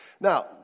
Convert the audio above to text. Now